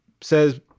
says